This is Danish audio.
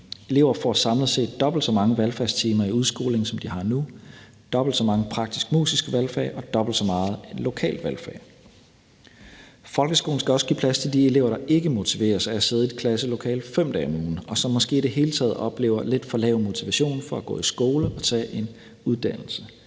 Elever får samlet set dobbelt så mange valgfagstimer i udskolingen, som de har nu, dvs. dobbelt så meget undervisning i praktisk/musiske valgfag og dobbelt så meget undervisning i et lokalt valgfag. Folkeskolen skal også give plads til de elever, der ikke motiveres af at sidde i et klasselokale 5 dage om ugen, og som måske i det hele taget oplever lidt for lav motivation for at gå i skole og tage en uddannelse.